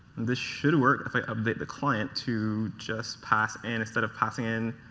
this should work. if i update the client to just pass and instead of passing in